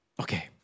Okay